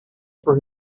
for